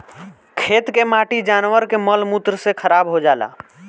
खेत के माटी जानवर के मल मूत्र से खराब हो जाला